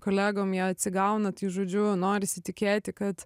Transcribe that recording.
kolegom jie atsigauna tai žodžiu norisi tikėti kad